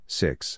six